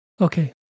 Okay